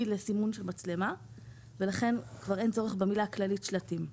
לסימון של מצלמה ולכן אין צורך במילה הכללית "שלטים".